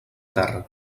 terra